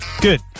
Good